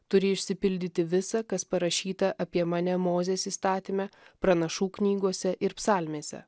turi išsipildyti visa kas parašyta apie mane mozės įstatyme pranašų knygose ir psalmėse